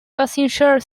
passenger